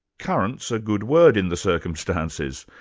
currents a good word in the circumstances.